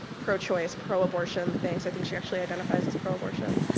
pro-choice, pro-abortion things i think she actually identifies as pro-abortion.